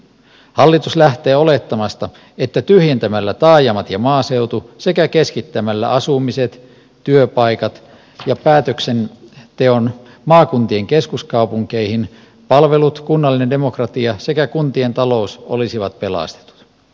hallitus lähtee olettamasta että tyhjentämällä taajamat ja maaseutu sekä keskittämällä asumisen työpaikat ja päätöksenteon maakuntien keskuskaupunkeihin palvelut kunnallinen demokratia sekä kuntien talous olisivat pelastetut